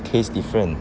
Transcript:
case different